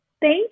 Thank